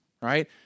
right